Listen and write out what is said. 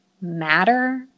matter